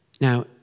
Now